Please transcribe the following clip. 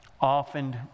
often